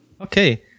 Okay